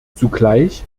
zugleich